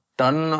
done